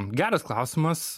geras klausimas